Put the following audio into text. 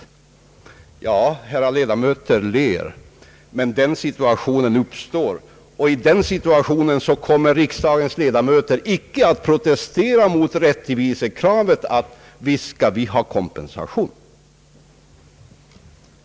Kammarens herrar ledamöter ler! Men den situationen uppstår, och då kommer riksdagens ledamöter icke att protestera mot rättvisekravet att » visst skall vi ha kompensation».